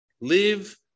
Live